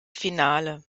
finale